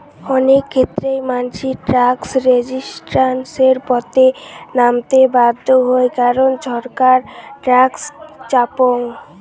অনেক ক্ষেত্রেই মানসি ট্যাক্স রেজিস্ট্যান্সের পথে নামতে বাধ্য হই কারণ ছরকার ট্যাক্স চাপং